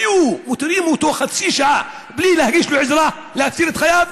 היו משאירים אותו חצי שעה בלי להגיש לו עזרה להציל את חייו?